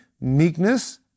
meekness